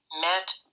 met